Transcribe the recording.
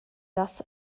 dass